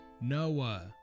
Noah